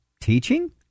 Teaching